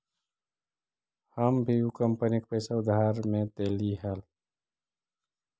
हम भी ऊ कंपनी के पैसा उधार में देली हल